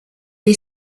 est